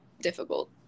difficult